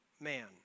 man